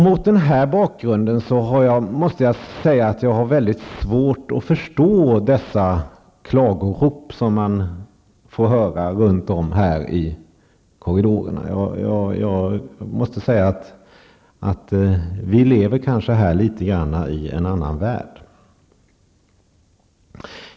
Mot den bakgrunden har jag mycket svårt att förstå dessa klagorop som man får höra runt om här i korridorerna. Vi lever kanske litet grand i en annan värld här.